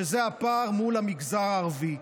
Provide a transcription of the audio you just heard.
שזה הפער מול המגזר הערבי.